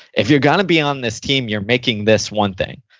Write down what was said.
if you're going to be on this team, you're making this one thing.